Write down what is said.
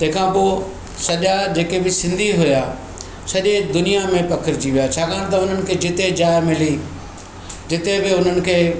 ते खां पोइ सॼा जेके बि सिंधी हुआ सॼे दुनिया में पखिड़िजी विया छाकाणि त उन्हनि खे जिते जाइ मिली जिते बि उन्हनि खे